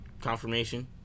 confirmation